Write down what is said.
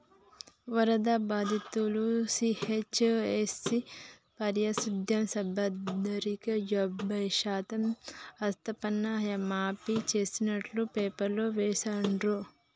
వరద బాధితులు, జీహెచ్ఎంసీ పారిశుధ్య సిబ్బందికి యాభై శాతం ఆస్తిపన్ను మాఫీ చేస్తున్నట్టు పేపర్లో వేసిండ్రు